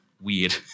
Weird